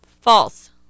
False